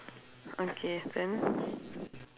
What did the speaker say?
okay then